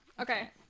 Okay